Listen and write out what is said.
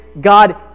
God